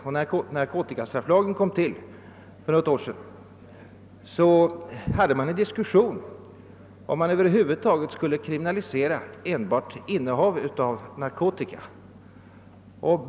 När narkotikastrafflagen kom till för något år sedan fördes det en diskussion, om man över huvud taget skulle kriminalisera enbart innehav av narkotika.